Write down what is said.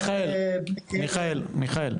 מיכאל,